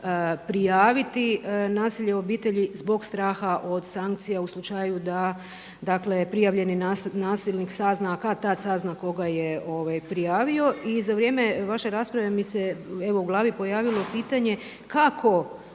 nasilje u obitelji zbog straha od sankcija u slučaju da prijavljeni nasilnik, a sazna kad tada sazna tko ga je prijavio i za vrijeme vaše rasprave mi se evo u glavi pojavilo pitanje, kako,